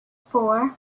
four